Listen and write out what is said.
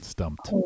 Stumped